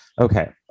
Okay